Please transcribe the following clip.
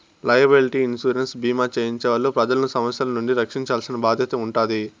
liability insurance భీమా చేయించే వాళ్ళు ప్రజలను సమస్యల నుండి రక్షించాల్సిన బాధ్యత ఉంటాది